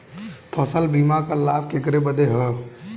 फसल बीमा क लाभ केकरे बदे ह?